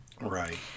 Right